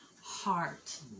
heart